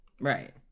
right